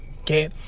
Okay